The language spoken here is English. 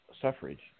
suffrage